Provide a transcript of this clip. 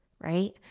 right